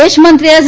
વિદેશ મંત્રી એસ